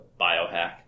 biohack